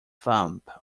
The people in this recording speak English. thumb